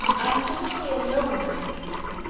i am generally alone when i see them,